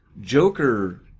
Joker